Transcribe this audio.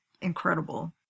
incredible